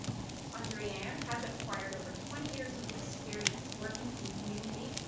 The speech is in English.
andreanne has acquired over twenty years of experience working in community,